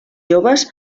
joves